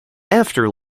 after